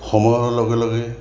সময়ৰ লগে লগে